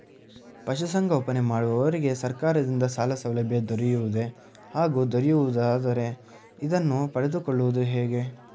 ಪಶುಸಂಗೋಪನೆ ಮಾಡುವವರಿಗೆ ಸರ್ಕಾರದಿಂದ ಸಾಲಸೌಲಭ್ಯ ದೊರೆಯುವುದೇ ಹಾಗೂ ದೊರೆಯುವುದಾದರೆ ಇದನ್ನು ಪಡೆದುಕೊಳ್ಳುವುದು ಹೇಗೆ?